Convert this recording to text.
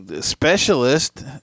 specialist